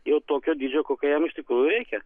jau tokio dydžio kokio jam iš tikrųjų reikia